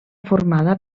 formada